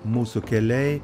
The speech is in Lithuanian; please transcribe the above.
mūsų keliai